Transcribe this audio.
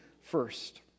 first